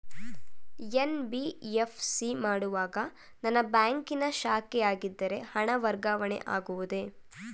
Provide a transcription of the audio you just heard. NBFC ಮಾಡುವಾಗ ನನ್ನ ಬ್ಯಾಂಕಿನ ಶಾಖೆಯಾಗಿದ್ದರೆ ಹಣ ವರ್ಗಾವಣೆ ಆಗುವುದೇ?